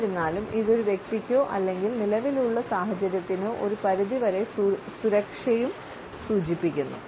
എന്നിരുന്നാലും ഇത് ഒരു വ്യക്തിയ്ക്കോ അല്ലെങ്കിൽ നിലവിലുള്ള സാഹചര്യത്തിനോ ഒരു പരിധി വരെ സുരക്ഷയും സൂചിപ്പിക്കുന്നു